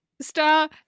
star